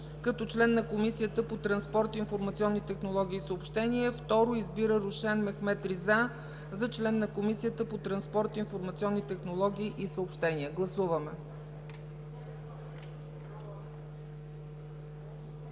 като член на Комисията по транспорт, информационни технологии и съобщения. 2. Избира Рушен Мехмед Риза за член на Комисията по транспорт, информационни технологии и съобщения.” Гласуваме.